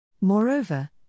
Moreover